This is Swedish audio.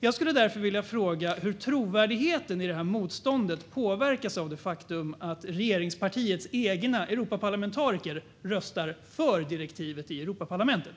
Jag skulle därför vilja fråga hur trovärdigheten i regeringens motstånd påverkas av det faktum att det ena regeringspartiets egna Europaparlamentariker röstar för direktivet i Europaparlamentet.